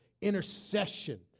intercession